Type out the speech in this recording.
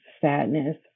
sadness